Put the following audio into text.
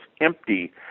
empty